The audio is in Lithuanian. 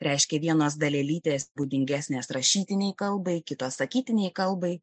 reiškia vienos dalelytės būdingesnės rašytinei kalbai kitos sakytinei kalbai